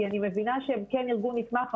כי אני מבינה שהם כן ארגון נתמך,